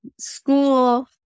school